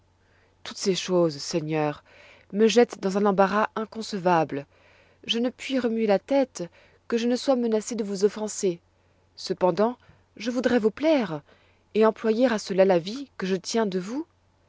toutes ces choses seigneur me jettent dans un embarras inconcevable je ne puis remuer la tête que je ne sois menacé de vous offenser cependant je voudrois vous plaire et employer à cela la vie que je tiens de vous